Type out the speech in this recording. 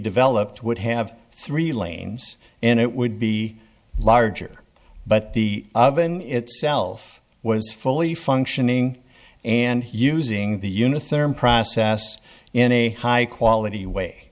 developed would have three lanes and it would be larger but the of an itself was fully functioning and using the unit therm process in a high quality way